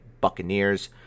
Buccaneers